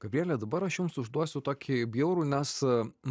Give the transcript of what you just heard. gabriele dabar aš jums užduosiu tokį bjaurų nes